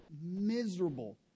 miserable